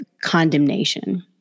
condemnation